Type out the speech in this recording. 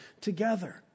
together